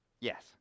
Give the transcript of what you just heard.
Yes